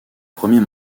premier